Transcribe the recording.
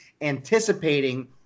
anticipating